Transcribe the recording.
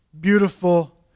beautiful